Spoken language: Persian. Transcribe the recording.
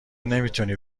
نمیتونی